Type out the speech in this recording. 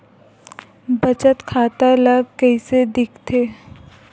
बचत खाता ला कइसे दिखथे?